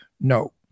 No